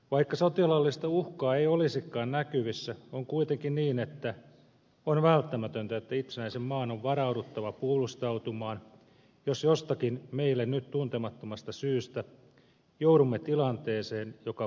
vaikka sotilaallista uhkaa ei olisikaan näkyvissä on kuitenkin välttämätöntä että itsenäisen maan on varauduttava puolustautumaan jos jostakin meille nyt tuntemattomasta syystä joudumme tilanteeseen joka puolustusta edellyttää